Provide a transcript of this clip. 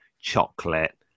chocolate